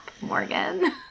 Morgan